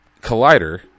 collider